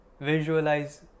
visualize